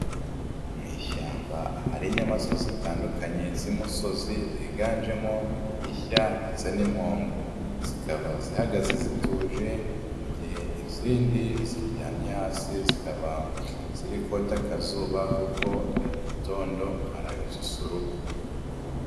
Mu ishyamba ahari inyamaswa zitandukanye z'imisozi ziganjemo ishya ndetse n'impongo, zikaba zihagaze zituje mu gihe izindi ziryamye hasi zikaba ziri kota akazuba kuko ni mu gitondo ari agasusuruko.